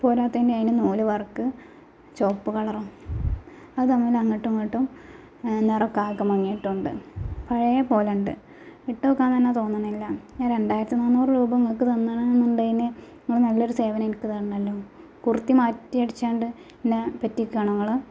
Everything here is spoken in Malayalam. പോരാത്തതിന് അതിന് നൂൽ വർക്ക് ചുവപ്പ് കളറും അതങ്ങനെ അങ്ങോട്ടും ഇങ്ങോട്ടും നിറമൊക്കെ ആകെ മങ്ങിയിട്ടുണ്ട് പഴയത് പോലെ ഉണ്ട് ഇട്ട് നോക്കാൻ തന്നെ തോന്നുന്നില്ല ഞാൻ രണ്ടായിരത്തി നാനൂറ് രൂപ നിങ്ങൾക്ക് തന്നാണന്നുണ്ടായിന് നിങ്ങൾ നല്ലൊരു സേവനം എനിക്ക് തരണമെന്ന് കുർത്തി മാറ്റി അടിച്ചുകൊണ്ട് എന്നെ പറ്റിക്കുകയാണോ നിങ്ങൾ